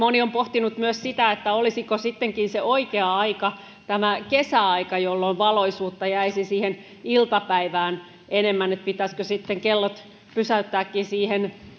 moni on pohtinut myös sitä olisiko sittenkin se oikea aika tämä kesäaika jolloin valoisuutta jäisi siihen iltapäivään enemmän pitäisikö sitten kellot pysäyttääkin siihen